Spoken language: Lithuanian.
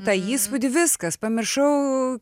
tą įspūdį viskas pamiršau